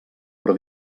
però